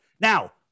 Now